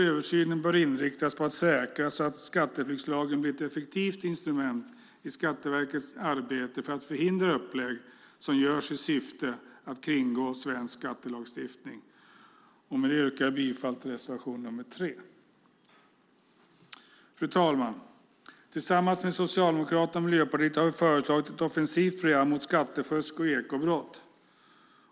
Översynen bör inriktas på att säkra att skatteflyktslagen blir ett effektivt instrument i Skatteverkets arbete för att förhindra upplägg som görs i syfte att kringgå svensk skattelagstiftning. Med det yrkar jag bifall till reservation nr 3. Fru talman! Tillsammans med Socialdemokraterna och Miljöpartiet har vi föreslagit ett offensivt program mot skattefusk och ekobrott.